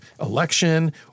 election